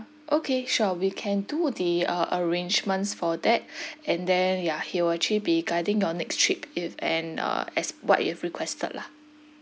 okay sure we can do they uh arrangements for that and then ya he will actually be guiding your next trip if and uh as what you have requested lah